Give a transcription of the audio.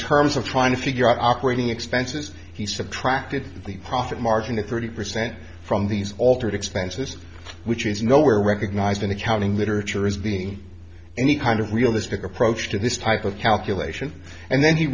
terms of trying to figure out operating expenses he subtracted the profit margin to thirty percent from these altered expenses which is nowhere recognized in accounting literature is being any kind of realistic approach to this type of calculation and then he